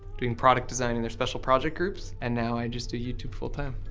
doing product design in their special project groups. and now i just do youtube full time.